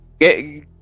get